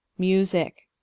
musicke.